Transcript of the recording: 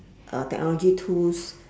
uh technology tools